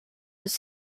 his